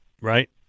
Right